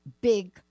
big